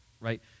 right